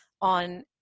on